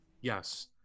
Yes